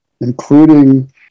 including